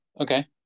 okay